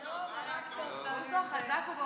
היום הרגת אותנו מצחוק.